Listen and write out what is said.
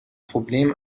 problem